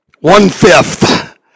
One-fifth